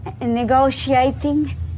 Negotiating